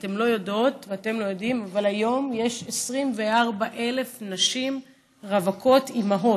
אתן לא יודעות ואתם לא יודעים אבל היום יש 24,000 נשים רווקות אימהות.